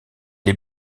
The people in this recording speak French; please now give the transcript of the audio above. les